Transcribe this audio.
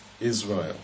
Israel